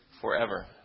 forever